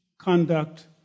conduct